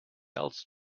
else